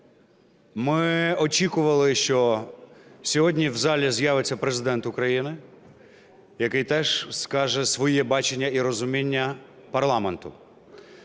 Ми очікували, що сьогодні в залі з'явиться Президент України, який теж скаже своє бачення і розуміння парламенту.